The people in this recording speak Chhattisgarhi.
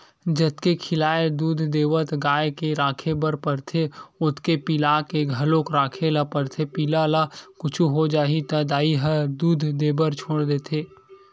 जतके खियाल दूद देवत गाय के राखे बर परथे ओतके पिला के घलोक राखे ल परथे पिला ल कुछु हो जाही त दाई ह दूद देबर छोड़ा देथे